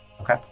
Okay